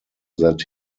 that